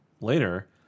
later